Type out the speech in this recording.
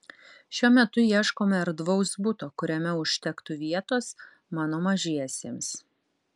šiuo metu ieškome erdvaus buto kuriame užtektų vietos mano mažiesiems